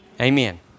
Amen